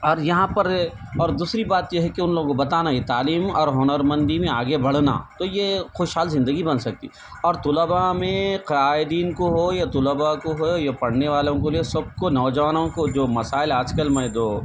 اور یہاں پر اور دوسری بات یہ ہے کہ ان لوگوں بتانا یہ تعلیم اور ہنر مندی میں آگے بڑھنا تو یہ خوشحال زندگی بن سکتی اور طلباء میں قائدین کو ہو یا طلباء کو ہو یا پڑھنے والوں کو لیے سب کو نوجوانوں کو جو مسائل آج کل میں جو